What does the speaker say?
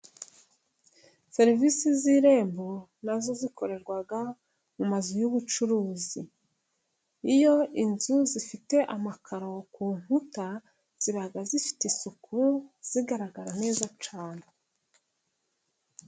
Serivise z'irembo nazo zikorerwa, mu mazu y'ubucuruzi, iyo inzu zifite amakaro ku nkuta, ziba zifite isuku, zigaragara neza cyane.